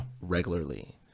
regularly